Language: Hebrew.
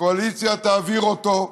הקואליציה תעביר אותו,